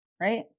Right